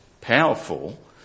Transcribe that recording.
powerful